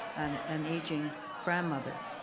an aging grandmother.